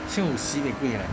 千五 sibeh 贵 leh